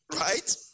right